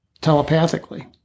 telepathically